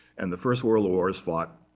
and the first world war is fought,